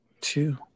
two